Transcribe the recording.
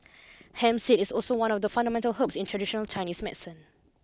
hemp seed is also one of the fundamental herbs in traditional Chinese medicine